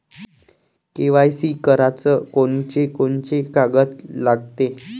KYC कराच कोनचे कोनचे कागद लागते?